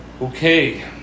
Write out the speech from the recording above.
Okay